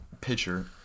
pitcher